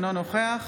אינו נוכח